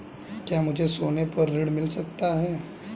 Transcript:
क्या मुझे सोने पर ऋण मिल सकता है?